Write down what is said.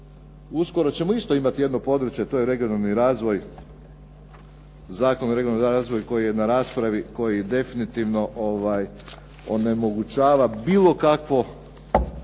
Uskoro ćemo isto imati jedno područje, to je regionalni razvoj, Zakon o regionalnoj razvoju koji je na raspravi, koji definitivno onemogućava bilo kako